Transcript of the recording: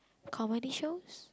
comedy shows